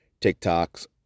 tiktok's